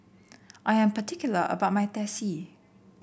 I am particular about my Teh C